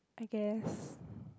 I guess